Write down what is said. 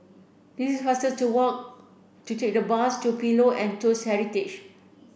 it is faster to walk to take the bus to Pillows and Toast Heritage